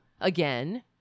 again